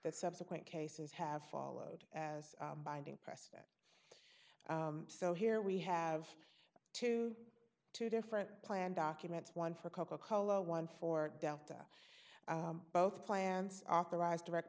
that subsequent cases have followed as binding press so here we have twenty two different plan documents one for coca cola one for delta both plans authorized direct